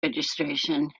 registration